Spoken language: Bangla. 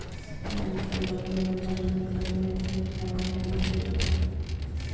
চা বীজকে গরম জল বা দুধের সাথে মিশিয়ে খায়া হতিছে